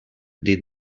dit